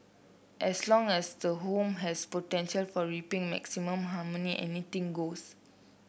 as long as the home has potential for reaping maximum harmony anything goes